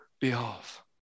behalf